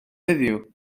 heddiw